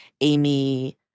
Amy